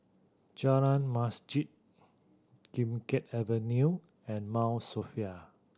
Jalan Masjid Kim Keat Avenue and Mount Sophia